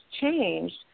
changed